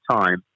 time